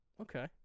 Okay